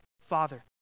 Father